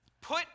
put